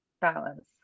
balance